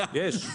יש, יש.